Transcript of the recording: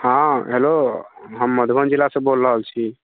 हँ हेलो हम मधुबनी जिलासँ बोलि रहल छी